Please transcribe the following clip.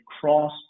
cross